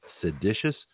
seditious